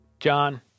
John